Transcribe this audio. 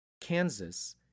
Kansas